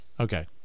Okay